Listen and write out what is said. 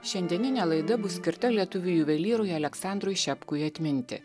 šiandieninė laida bus skirta lietuvių juvelyrui aleksandrui šepkui atminti